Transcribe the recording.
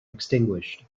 extinguished